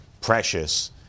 Precious